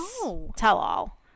tell-all